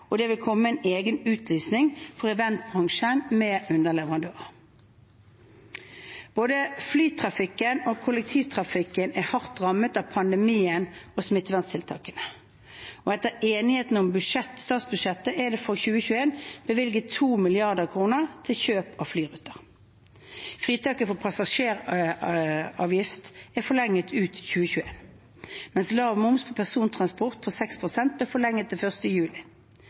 og det vil komme en egen utlysning for eventbransjen med underleverandører. Både flytrafikken og kollektivtrafikken er hardt rammet av pandemien og smitteverntiltakene, og etter enigheten om statsbudsjettet er det for 2021 bevilget 2 mrd. kr til kjøp av flyruter. Fritaket for flypassasjeravgiften er forlenget ut 2021, mens lav moms på persontransport på 6 pst. ble forlenget til 1. juli.